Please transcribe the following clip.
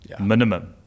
minimum